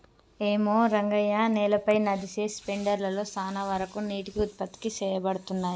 ఏమో రంగయ్య నేలపై నదిసె స్పెండర్ లలో సాన వరకు నీటికి ఉత్పత్తి సేయబడతున్నయి